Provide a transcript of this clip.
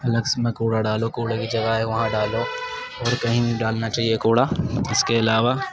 looks میں کوڑا ڈالو کوڑے کی جگہ ہے وہاں ڈالو اور کہیں نہیں ڈالنا چاہیے کوڑا اس کے علاوہ